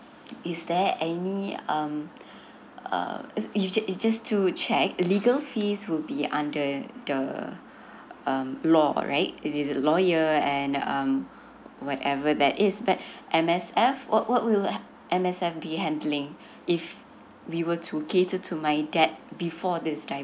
is there any um uh it's just it's just to check legal fees will be under the um law right is it lawyer and um whatever that is but M_S_F what will M_S_F be handling if we were to cater to my dad before this